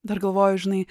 dar galvoju žinai